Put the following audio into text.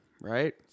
right